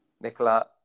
Nicola